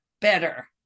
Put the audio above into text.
better